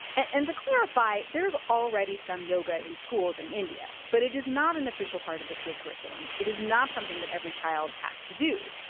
and to clarify, there is already some yoga in schools in india. but it is not an official part of the state curriculum. it is not something that every child has to do.